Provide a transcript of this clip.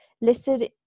listed